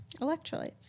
Electrolytes